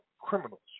criminals